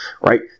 right